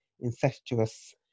incestuous